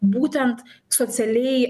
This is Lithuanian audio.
būtent socialiai